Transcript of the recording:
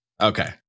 Okay